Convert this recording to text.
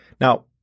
Now